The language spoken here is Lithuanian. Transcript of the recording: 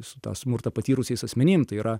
su tą smurtą patyrusiais asmenim tai yra